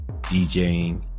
DJing